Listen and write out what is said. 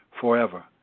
forever